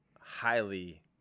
highly